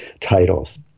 titles